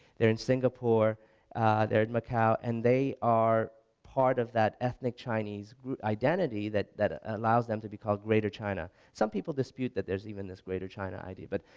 they're in singapore they're in macao and they are part of that ethnic chinese identity that that ah allows them to be called greater china. some people dispute that there's even this greater china idea but,